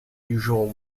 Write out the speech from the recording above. usual